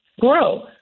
grow